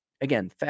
Again